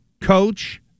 coach